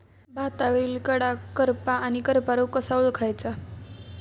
भातावरील कडा करपा आणि करपा रोग कसा ओळखायचा?